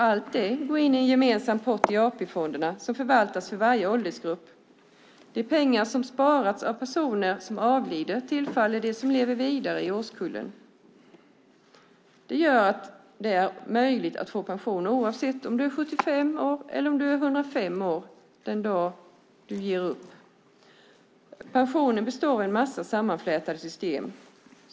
Allt det går in i en gemensam pott i AP-fonderna som förvaltas för varje åldersgrupp. De pengar som har sparats av personer som avlider tillfaller dem som lever vidare i årskullen. Det gör att det är möjligt att få pension oavsett om du blir 75 år eller 105 år. Pensionen består av en mängd sammanflätade system.